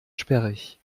sperrig